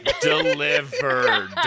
delivered